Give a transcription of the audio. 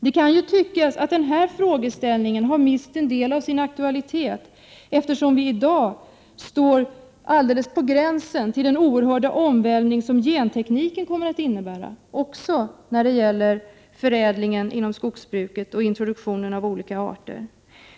Det kan tyckas att denna frågeställning har mist en del av sin aktualitet, eftersom vi i dag står alldeles på gränsen till den oerhörda omvälvning som gentekniken kommer att innebära, även när det gäller förädlingen inom skogsbruket och introduktionen av olika arter.